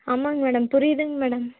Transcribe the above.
ஆமாங்க மேடம் புரியுதுங்க மேடம்